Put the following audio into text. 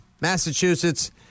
Massachusetts